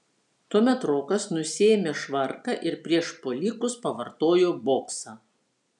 tuomet rokas nusiėmė švarką ir prieš puolikus pavartojo boksą